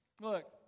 Look